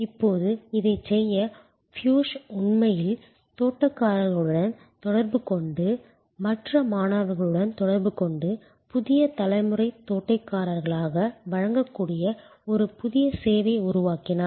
இப்போது இதைச் செய்ய பியூஷ் உண்மையில் தோட்டக்காரர்களுடன் தொடர்புகொண்டு மற்ற மாணவர்களுடன் தொடர்புகொண்டு புதிய தலைமுறை தோட்டக்காரர்களால் வழங்கக்கூடிய ஒரு புதிய சேவையை உருவாக்கினார்